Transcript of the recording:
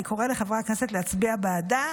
אני קורא לחברי הכנסת להצביע בעדה.